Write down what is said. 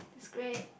it's great